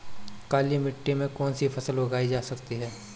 काली मिट्टी में कौनसी फसल उगाई जा सकती है?